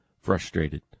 frustrated